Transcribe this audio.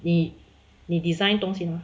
你你 design 东西吗